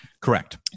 Correct